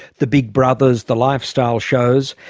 the big brothers, the lifestyle shows,